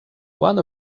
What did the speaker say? one